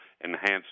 enhanced